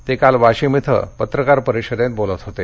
ते काल वाशिम इथं पत्रकार परिषदेत बोलत होते